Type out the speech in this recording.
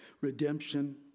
redemption